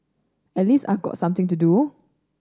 at least I got something to do